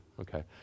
Okay